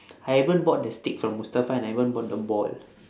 I even bought the stick from mustafa and I even bought the ball